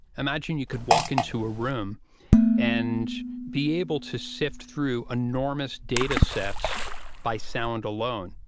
imagine you could walk into a room and be able to sift through enormous datasets by sound alone.